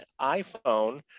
iPhone